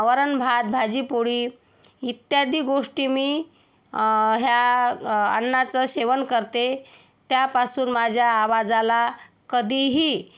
वरण भात भाजी पोळी इत्यादी गोष्टी मी ह्या अन्नाचं सेवन करते त्यापासून माझ्या आवाजाला कधीही